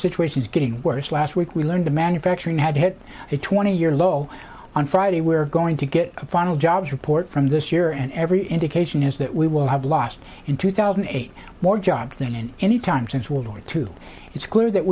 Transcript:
situation is getting worse last week we learned the manufacturing had hit a twenty year low on friday we're going to get a final jobs report from this year and every indication is that we will have lost in two thousand and eight more jobs than in any time since world war two it's clear that